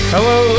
Hello